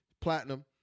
Platinum